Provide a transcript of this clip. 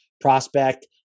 prospect